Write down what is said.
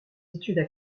études